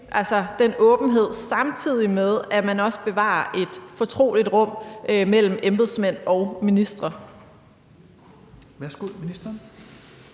altså den åbenhed, samtidig med at man også bevarer et fortroligt rum mellem embedsmænd og ministre. Kl. 13:22 Fjerde